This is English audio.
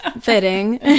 fitting